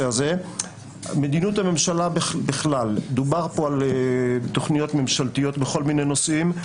מדיניות הממשלה בכלל דובר על תכניות ממשלתיות בכל מיני נושאים.